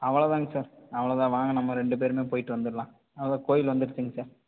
அவ்வளோதாங்க சார் அவ்வளோதான் வாங்க நம்ம ரெண்டு பேரும் போயிட்டு வந்துடலாம் கோயில் வந்துடுச்சுங்க சார்